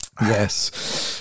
yes